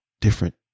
different